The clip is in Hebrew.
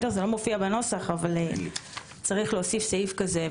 זה לא מופיע בנוסח, צריך להוסיף את הסעיף הזה.